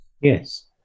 Yes